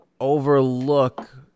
overlook